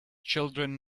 children